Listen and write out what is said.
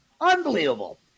Unbelievable